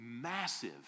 massive